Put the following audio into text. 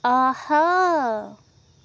آہا